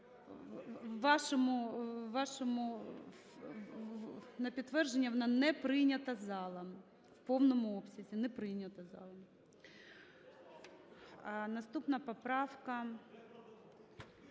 у вашому... на підтвердження вона не прийнята залом в повному обсязі, не прийнята залом. Наступна, поправка,